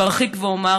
וארחיק ואומר,